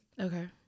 Okay